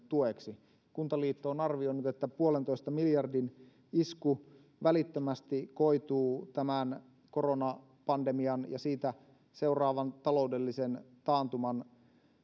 tueksi kuntaliitto on arvioinut että puolentoista miljardin isku välittömästi koituu tämän koronapandemian ja siitä seuraavan taloudellisen taantuman